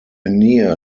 near